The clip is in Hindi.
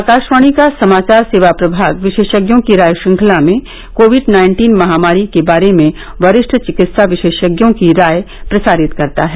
आकाशवाणी का समाचार सेवा प्रभाग विशेषज्ञों की राय श्रृंखला में कोविड नाइन्टीन महामारी के बारे में वरिष्ठ चिकित्सा विशेषज्ञों की राय प्रसारित करता है